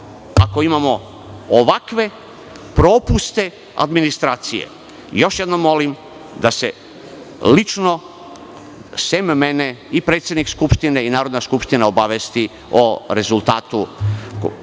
ako imamo ovakve propuste administracije? Još jednom molim da se lično, sem mene, i predsednik Skupštine i Narodna skupština obavesti o rezultatu